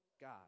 God